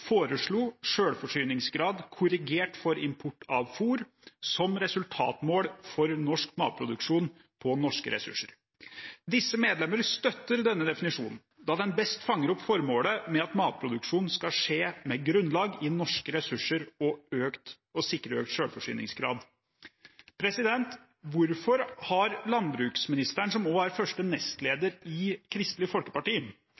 foreslo selvforsyningsgrad korrigert for import av fôr som resultatmål for norsk matproduksjon på norske ressurser. Disse medlemmer støtter denne definisjonen, da den best fanger opp formålet med at matproduksjonen skal skje med grunnlag i norske ressurser og sikre økt selvforsyningsgrad.» Hvorfor har landbruksministeren, som også er første